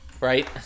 Right